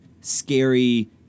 scary